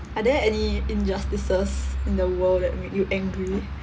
are there any injustices in the world that make you angry